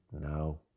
No